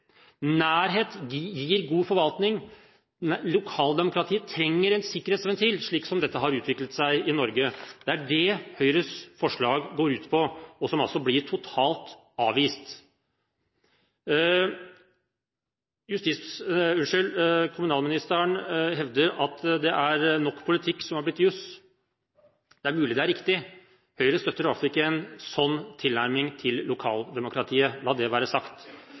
Nærhet gir god forvaltning. Lokaldemokratiet trenger en sikkerhetsventil slik som dette har utviklet seg i Norge. Det er det Høyres forslag går ut på, og som altså blir totalt avvist. Kommunalministeren hevder at det er nok politikk som har blitt jus. Det er mulig det er riktig, Høyre støtter i alle fall ikke en sånn tilnærming til lokaldemokratiet – la det være sagt.